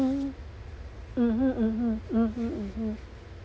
mm mmhmm mmhmm